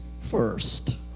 first